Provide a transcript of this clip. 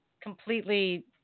completely